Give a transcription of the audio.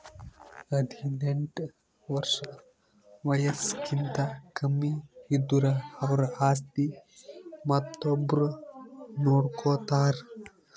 ಹದಿನೆಂಟ್ ವರ್ಷ್ ವಯಸ್ಸ್ಕಿಂತ ಕಮ್ಮಿ ಇದ್ದುರ್ ಅವ್ರ ಆಸ್ತಿ ಮತ್ತೊಬ್ರು ನೋಡ್ಕೋತಾರ್